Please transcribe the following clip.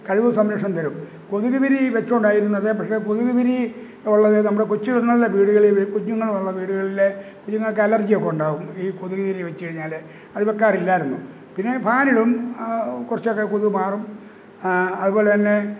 കഴിവും സംരക്ഷണവും തരും കൊതുകുതിരി വെച്ചു കൊണ്ടാണ് ഇരുന്നത് പക്ഷെ കൊതുകു തിരി ഉള്ളത് നമ്മുടെ കൊച്ചുങ്ങളുള്ള വീടുകളിൽ കുഞ്ഞുങ്ങളുള്ള വീടുകളിൽ കുഞ്ഞുങ്ങൾക്ക് അലർജിയൊക്കെ ഉണ്ടാകും ഈ കൊതുകുതിരി വെച്ചു കഴിഞ്ഞാൽ അതു വെക്കാറില്ലായിരുന്നു പിന്നെ ഫാനിടും കുറച്ചൊക്കെ കൊതു മാറും അതുപോലെ തന്നെ